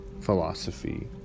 philosophy